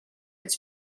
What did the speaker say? its